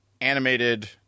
animated